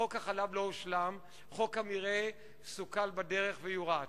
חוק החלב לא הושלם, וחוק המרעה סוכל בדרך ויורט.